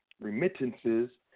remittances